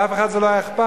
לאף אחד זה לא היה אכפת.